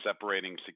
separating